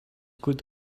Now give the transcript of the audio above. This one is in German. gut